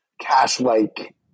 cash-like